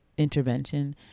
intervention